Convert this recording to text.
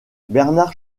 bernard